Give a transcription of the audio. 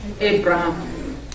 Abraham